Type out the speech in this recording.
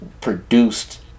produced